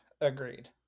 agreed